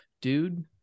dude